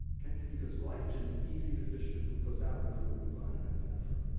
because glycagen's easy to fish the glucose out with glucagon and epinephrine.